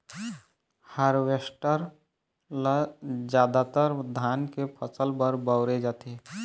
harvester ल जादातर धान के फसल बर बउरे जाथे